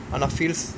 ah no feels